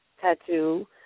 tattoo